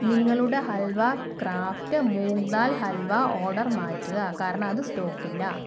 നിങ്ങളുടെ halwa craft moong dal halwa order മാറ്റുക കാരണം അത് സ്റ്റോക്ക് ഇല്ല